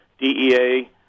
DEA